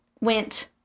went